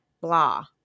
blah